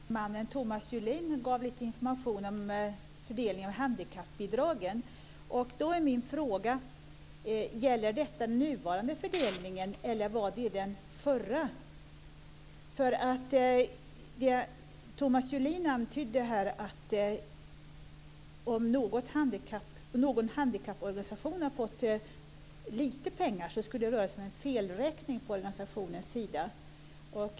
Herr talman! Den vänlige mannen Thomas Julin gav lite information om fördelningen av handikappbidragen, och då är min fråga: Gäller detta den nuvarande fördelningen, eller var det den förra? Thomas Julin antydde här att om någon handikapporganisation har fått lite pengar skulle det röra sig om en felräkning från organisationens sida.